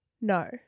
no